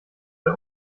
bei